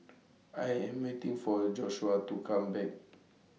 I Am waiting For Joshuah to Come Back